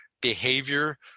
behavior